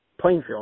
Plainfield